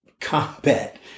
combat